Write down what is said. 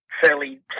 fairly